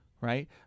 right